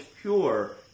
pure